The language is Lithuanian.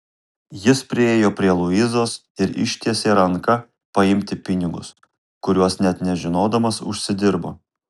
jis priėjo prie luizos ir ištiesė ranką paimti pinigus kuriuos net nežinodamas užsidirbo